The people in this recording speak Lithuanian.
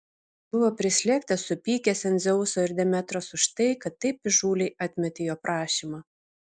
buvo prislėgtas supykęs ant dzeuso ir demetros už tai kad taip įžūliai atmetė jo prašymą